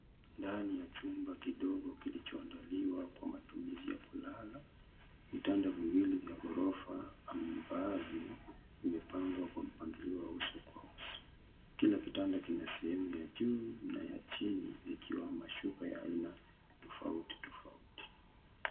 Ndani ya chumba kidogo kilichoandaliwa kwa matumizi ya kulala, vitanda viwilli vya ghorofa, ambavyo, vimepangwa kwa mpangilio wa uso kwa uso. Kila kitanda kina sehemu ya juu, na ya chini, likiwa na mashuka ya aina tofauti tofauti.